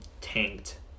tanked